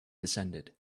descended